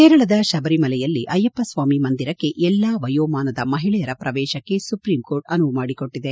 ಕೇರಳದ ಶಬರಿಮಲೆಯಲ್ಲಿ ಅಯ್ಯಪ್ಪಸ್ವಾಮಿ ಮಂದಿರಕ್ಕೆ ಎಲ್ಲಾ ವಯೋಮಾನದ ಮಹಿಳೆಯರ ಪ್ರವೇಶಕ್ಕೆ ಸುಪ್ರೀಂಕೋರ್ಟ್ ಅನುವು ಮಾಡಿಕೊಟ್ಟಿದೆ